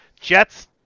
Jets